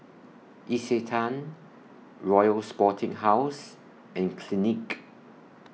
Isetan Royal Sporting House and Clinique